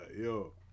yo